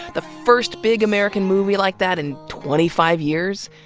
the first big american movie like that in twenty five years.